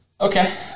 Okay